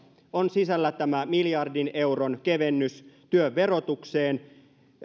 on sisällä tämä miljardin euron kevennys työn verotukseen